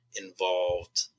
involved